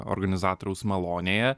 organizatoriaus malonėje